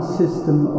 system